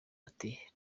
ati